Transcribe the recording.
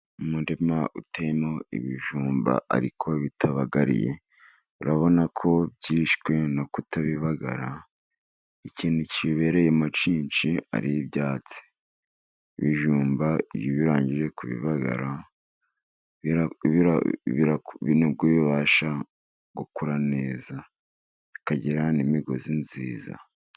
Mu muririma uteyemo ibijumba ariko bitabagariye, urabona ko byishwe no kutabibagara, ikintu kibereyemo cyinshi ari ibyatsi. Ibijumba birangije kubibagara, nibwo bibasha gukura neza, bikagira n'imigozi myiza.